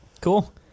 Cool